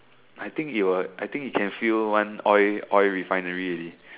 I think you are I think you can fill one oil refinery already